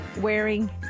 wearing